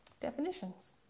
definitions